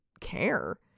care